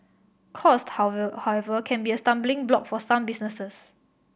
cost however however can be a stumbling block for some businesses